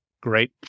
Great